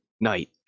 night